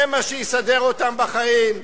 זה מה שיסדר אותם בחיים?